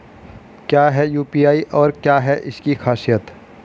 क्या है यू.पी.आई और क्या है इसकी खासियत?